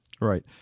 Right